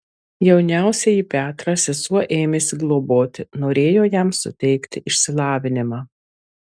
jauniausiąjį petrą sesuo ėmėsi globoti norėjo jam suteikti išsilavinimą